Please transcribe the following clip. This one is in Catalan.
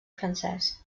francès